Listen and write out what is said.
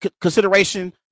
consideration